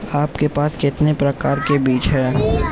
आपके पास कितने प्रकार के बीज हैं?